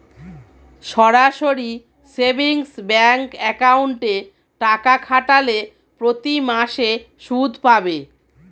সরাসরি savings bank অ্যাকাউন্টে টাকা খাটালে প্রতিমাসে সুদ পাবে